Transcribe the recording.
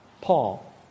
Paul